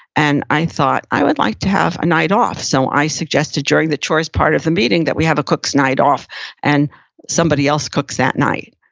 and i thought i would like to have a night off. so i suggested during the chores part of the meeting that we have a cook's night off and somebody else cooks that night.